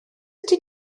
ydy